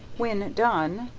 when done,